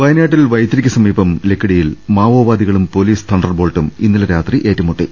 വയനാട്ടിൽ വൈത്തിരിയ്ക്ക് സമീപം ലക്കിടിയിൽ മാവോവാദികളും പോലിസ് തണ്ടർബോൾട്ടും ഇന്നലെ രാത്രി ഏറ്റുമുട്ടി